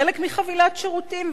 חלק מחבילת שירותים,